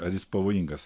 ar jis pavojingas